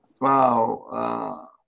Wow